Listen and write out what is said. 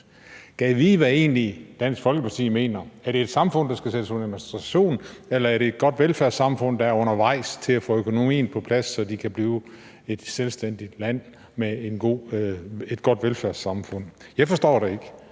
Dansk Folkeparti egentlig mener. Er det et samfund, der skal sættes under administration, eller er det et godt velfærdssamfund, der er undervejs til at få økonomien på plads, så de kan blive et selvstændigt land med et godt velfærdssamfund? Jeg forstår det ikke,